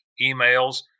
emails